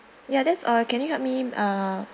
ya that's all can you help me ah